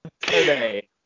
Today